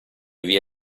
vie